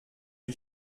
que